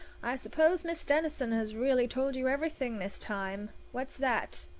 i suppose miss denison has really told you everything this time? what's that?